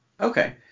okay